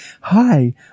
Hi